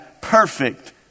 perfect